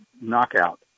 knockout